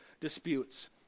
disputes